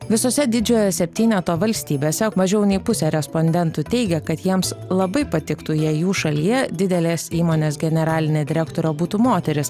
visose didžiojo septyneto valstybėse mažiau nei pusė respondentų teigė kad jiems labai patiktų jei jų šalyje didelės įmonės generalinė direktorė būtų moteris